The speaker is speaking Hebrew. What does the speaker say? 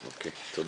תודה.